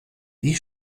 die